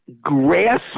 grasp